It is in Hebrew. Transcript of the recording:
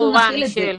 הנקודה ברורה, מישל,